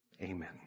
amen